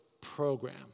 program